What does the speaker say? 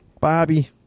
Bobby